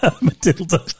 Matilda